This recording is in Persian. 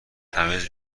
تمیز